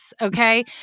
okay